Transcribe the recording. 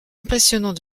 impressionnant